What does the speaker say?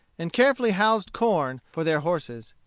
and carefully housed corn for their horses.